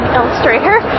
Illustrator